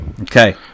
Okay